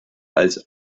als